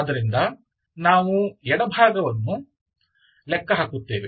ಆದ್ದರಿಂದ ನಾವು ಎಡಭಾಗವನ್ನು ಲೆಕ್ಕ ಹಾಕುತ್ತೇವೆ